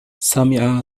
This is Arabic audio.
سمع